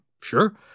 Sure